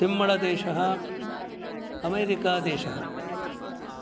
सिम्हलदेशः अमेरिकादेशः